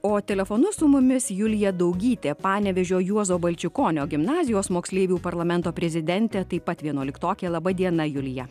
o telefonu su mumis julija daugytė panevėžio juozo balčikonio gimnazijos moksleivių parlamento prezidentė taip pat vienuoliktokė laba diena julija